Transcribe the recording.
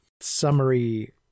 summary